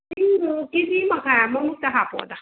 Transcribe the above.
ꯁꯤꯡꯗꯨ K G ꯃꯈꯥꯏ ꯑꯃꯃꯨꯛꯇ ꯍꯥꯄꯛꯑꯣꯗ